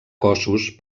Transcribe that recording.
cossos